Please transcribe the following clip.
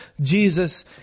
Jesus